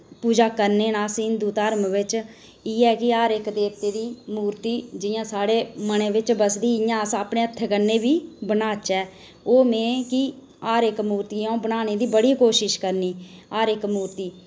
पूजा करने न अस हिन्दू धर्म बिच इयै कि हर इक देवते दी मूर्ति जि'यां साढ़े मनै बिच बसदी इयां अस अपने हत्थै कन्नै बी बनाचै ओेह् में कि हर इक मूर्ति अऊं बनाने दी बड़ी कोशिश करनी हर इक मूर्ति